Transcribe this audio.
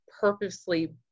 purposely